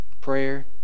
prayer